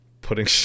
putting